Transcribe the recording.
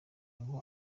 ngo